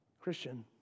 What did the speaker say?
Christian